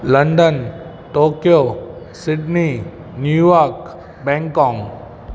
London Tokyo Sydney New York Bangkok